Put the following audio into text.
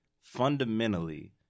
fundamentally